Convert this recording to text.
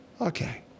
okay